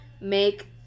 make